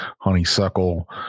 honeysuckle